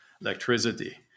Electricity